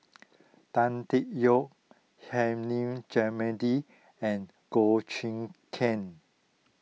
Tan Tee Yoke Hilmi and Goh Choon Kang